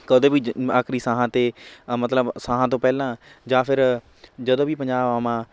ਕਦੇ ਵੀ ਜ ਆਖਰੀ ਸਾਹਾਂ 'ਤੇ ਅ ਮਤਲਬ ਸਾਹਾਂ ਤੋਂ ਪਹਿਲਾਂ ਜਾਂ ਫਿਰ ਜਦੋਂ ਵੀ ਪੰਜਾਬ ਆਵਾਂ